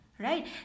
Right